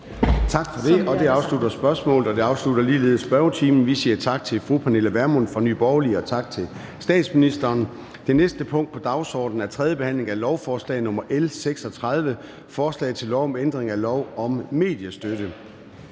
Tak for det. Det afslutter spørgsmålet, og det afslutter ligeledes spørgetimen. Vi siger tak til fru Pernille Vermund fra Nye Borgerlige og tak til statsministeren. --- Det næste punkt på dagsordenen er: 2) 3. behandling af lovforslag nr. L 36: Forslag til lov om ændring af lov om mediestøtte.